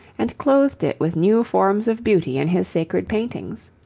and clothed it with new forms of beauty in his sacred paintings.